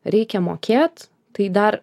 reikia mokėt tai dar